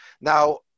Now